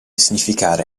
significare